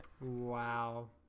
Wow